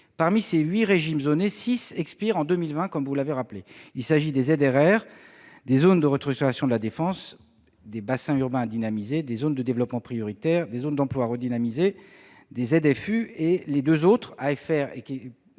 Parmi ces huit régimes zonés, six expirent en 2020, vous l'avez rappelé. Il s'agit des ZRR, des zones de restructuration de la défense, des bassins urbains à dynamiser, des zones de développement prioritaire, des bassins d'emploi à redynamiser, des ZFU, les zones franches